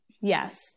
Yes